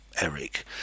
Eric